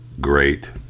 Great